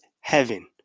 heaven